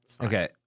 Okay